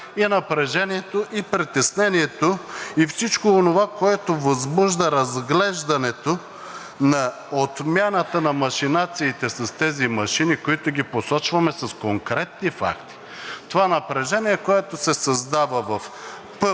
и напрежението, и притеснението, и всичко онова, което възбужда разглеждането на отмяната на машинациите с тези машини, които ги посочваме с конкретни факти. Това напрежение, което се създава в ПП и